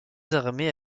armées